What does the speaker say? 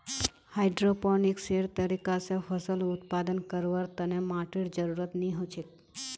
हाइड्रोपोनिक्सेर तरीका स फसल उत्पादन करवार तने माटीर जरुरत नी हछेक